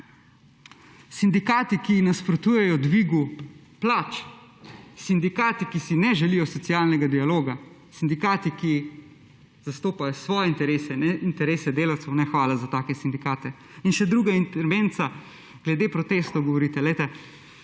sindikati, ki nasprotujejo dvigu plač, sindikati, ki si ne želijo socialnega dialoga, sindikati, ki zastopajo svoje interese ne interese delavcev, hvala za take sindikate. In še druga intermezza glede protestov govorite. Glejte,